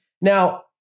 Now